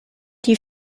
die